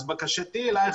בקשתי אלייך,